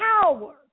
power